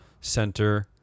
Center